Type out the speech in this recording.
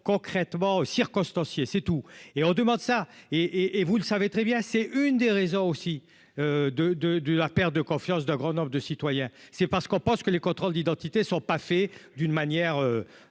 concrètement circonstancié, c'est tout, et on demande ça et et et vous le savez très bien, c'est une des raisons aussi de, de, de la perte de confiance de Grenoble de citoyens, c'est pas ce qu'on pense que les contrôles d'identité sont pas fait d'une manière